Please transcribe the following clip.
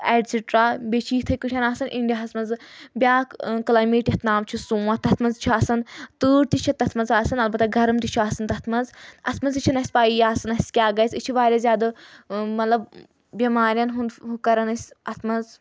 et cetera بیٚیہِ چھِ یِتھٕے کٲٹھۍ آسان اِنڈیاہَس منٛز بیَاکھ کٕلایٚمَیٹ یَتھ ناو چھُ سونٛتھ تَتھ منٛز چھُ آسان تٮۭر تہِ چھِ تَتھ منٛز آسَان البَتہ گرَم تہِ چھُ آسَان تَتھ منٛز اَتھ منٛز تہِ چھِنہٕ اَسہِ پَیی آسان اَسہِ کیاہ گژھِ أسۍ چھِ واریاہ زیادٕ مطلب بؠمارؠن ہُنٛد کَرَان أسۍ اَتھ منٛز